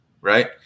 right